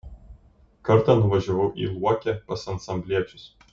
kartą nuvažiavau į luokę pas ansambliečius